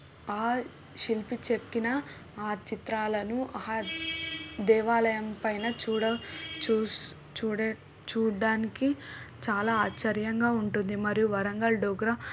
ఆ శిల్పి చెక్కిన ఆ చిత్రాలను దేవాలయం పైన చూడ చూస్ చూడ చూడటానికి చాలా ఆశ్చర్యంగా ఉంటుంది మరియు వరంగల్ డోగ్రా